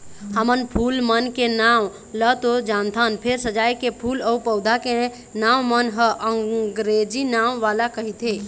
हमन फूल मन के नांव ल तो जानथन फेर सजाए के फूल अउ पउधा के नांव मन ह अंगरेजी नांव वाला रहिथे